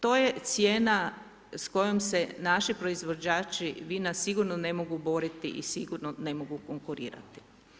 To je cijena s kojom se naši proizvođači vina sigurno ne mogu boriti i sigurno ne mogu konkurirati.